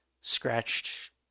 scratched